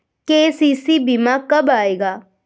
KCC बीमा कब आएगा?